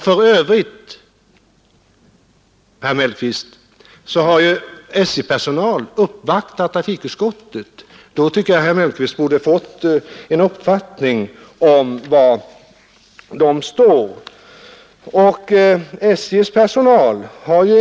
För övrigt har ju SJ-personal uppvaktat trafikutskottet, och jag tycker att herr Mellqvist därigenom borde ha fått en uppfattning om var personalen står.